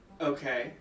Okay